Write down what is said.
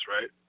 right